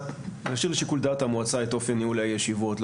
להשאיר לשיקול דעת המועצה את אופן ניהול הישיבות.